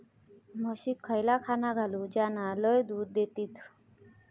म्हशीक खयला खाणा घालू ज्याना लय दूध देतीत?